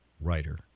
writer